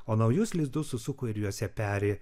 o naujus lizdus susuko ir juose peri